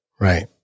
Right